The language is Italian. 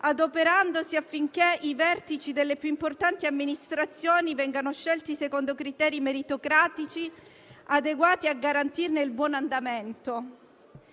adoperandosi affinché i vertici delle più importanti amministrazioni vengano scelti secondo criteri meritocratici adeguati a garantirne il buon andamento».